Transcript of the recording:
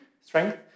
strength